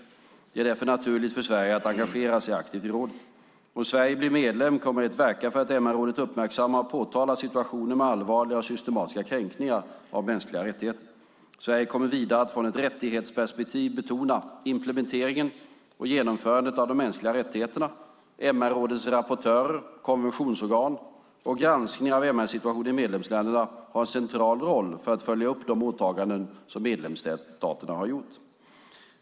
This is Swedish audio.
Det är därför naturligt för Sverige att engagera sig aktivt i rådet. Om Sverige blir medlem kommer vi att verka för att MR-rådet uppmärksammar och påtalar situationer med allvarliga och systematiska kränkningar av mänskliga rättigheter. Sverige kommer vidare att från ett rättighetsperspektiv betona implementeringen och genomförandet av de mänskliga rättigheterna. MR-rådets rapportörer, konventionsorgan och granskningar av MR-situationen i medlemsländerna har en central roll för att följa upp de åtaganden som medlemsstaterna har gjort.